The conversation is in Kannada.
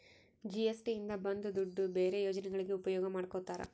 ಜಿ.ಎಸ್.ಟಿ ಇಂದ ಬಂದ್ ದುಡ್ಡು ಬೇರೆ ಯೋಜನೆಗಳಿಗೆ ಉಪಯೋಗ ಮಾಡ್ಕೋತರ